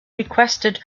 requested